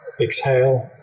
exhale